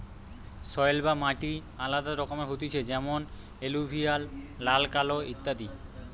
soil বা মাটি আলাদা রকমের হতিছে যেমন এলুভিয়াল, লাল, কালো ইত্যাদি